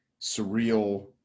surreal